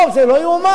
לא, זה לא יאומן.